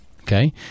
okay